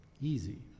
Easy